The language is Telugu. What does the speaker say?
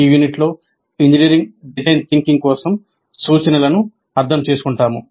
ఈ యూనిట్లో ఇంజనీరింగ్ డిజైన్ థింకింగ్ కోసం సూచనలను అర్థం చేసుకుంటాము